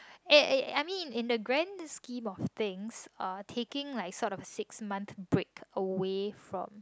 eh eh I mean in the grand skim of things uh taking like sort of six month break away from